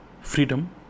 freedom